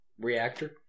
Reactor